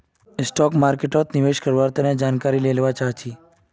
stock मार्केटोत निवेश कारवार तने जानकारी ले लुआ चाछी